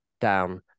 down